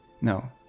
No